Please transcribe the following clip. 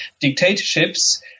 dictatorships